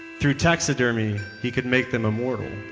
through taxidermy, he could make them immortal.